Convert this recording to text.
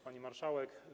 Pani Marszałek!